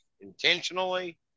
intentionally